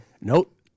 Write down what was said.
nope